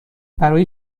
برای